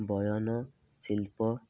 ବୟନ ଶିଳ୍ପ